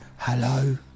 Hello